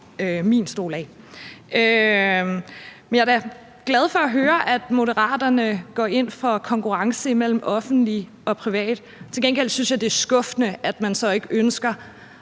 min stol af. Men jeg er da glad for at høre, at Moderaterne går ind for konkurrence imellem offentlige og private. Til gengæld synes jeg, det er skuffende, at man så ikke ønsker